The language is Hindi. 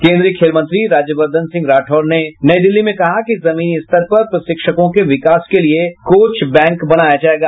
केन्द्रीय खेल मंत्री राजवर्द्वन सिंह राठौड़ ने नई दिल्ली में कहा कि जमीनी स्तर पर प्रशिक्षकों के विकास के लिए कोच बैंक बनाया जायेगा